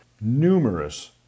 numerous